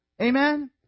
Amen